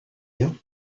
you